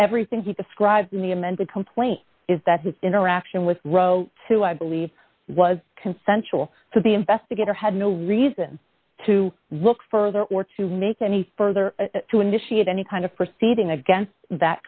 everything he described in the amended complaint is that his interaction with row two i believe was consensual so the investigator had no reason to look further or to make any further to initiate any kind of proceeding against that